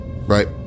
Right